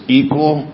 equal